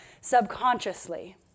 subconsciously